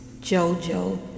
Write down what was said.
JoJo